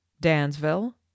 dansville